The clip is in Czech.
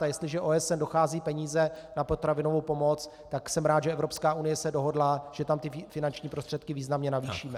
A jestliže OSN docházejí peníze na potravinovou pomoc, tak jsem rád, že Evropská unie se dohodla, že tam ty finanční prostředky významně navýšíme.